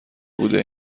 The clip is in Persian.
بوده